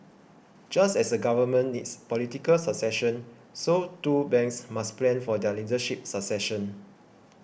just as a Government needs political succession so too banks must plan for their leadership succession